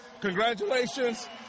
Congratulations